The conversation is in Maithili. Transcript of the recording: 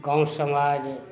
गाँव समाज